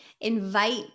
invite